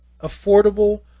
affordable